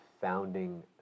founding